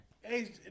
Hey